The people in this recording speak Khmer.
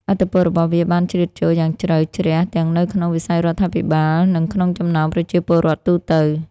ឥទ្ធិពលរបស់វាបានជ្រៀតចូលយ៉ាងជ្រៅជ្រះទាំងនៅក្នុង វិស័យរដ្ឋាភិបាល និងក្នុងចំណោម ប្រជាពលរដ្ឋទូទៅ។